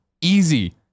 easy